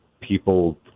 people